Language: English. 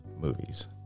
movies